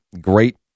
Great